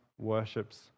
worships